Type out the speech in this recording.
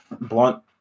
blunt